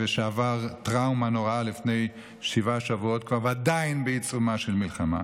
שעבר טראומה נוראה כבר לפני שבעה שבועות ועדיין בעיצומה של מלחמה.